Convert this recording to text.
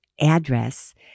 address